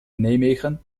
nijmegen